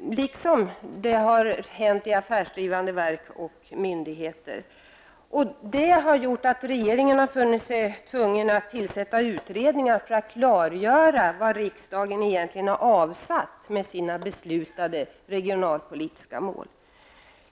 Detsamma har inträffat i affärsdrivande verk och myndigheter. Det har gjort att regeringen sett sig tvungen att tillsätta utredningar för att klargöra vad riksdagen egentligen har avsett med sina beslutade regionalpolitiska mål.